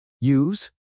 Use